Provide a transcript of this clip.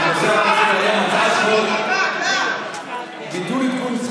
בסדר-היום הצעת חוק לביטול העדכון של